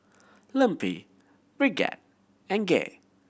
Lempi Bridgett and Gay